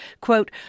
quote